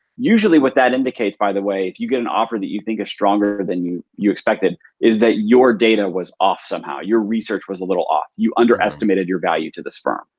usually what that indicates, by the way, if you get an offer than you think is stronger than you you expected is that your data was off somehow. your research was a little off. you underestimated your value to this firm.